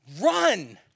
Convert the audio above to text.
Run